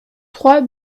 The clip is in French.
trois